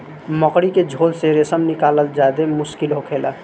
मकड़ी के झोल से रेशम निकालल ज्यादे मुश्किल होखेला